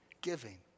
giving